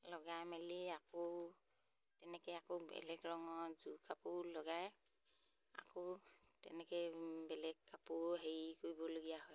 লগাই মেলি আকৌ তেনেকৈ আকৌ বেলেগ ৰঙত জোৰ কাপোৰ লগাই আকৌ তেনেকৈ বেলেগ কাপোৰ হেৰি কৰিবলগীয়া হয়